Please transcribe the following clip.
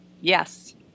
Yes